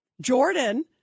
Jordan